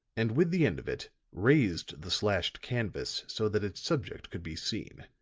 and with the end of it, raised the slashed canvas so that its subject could be seen.